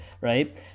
right